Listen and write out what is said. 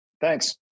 Thanks